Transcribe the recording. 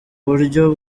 buryo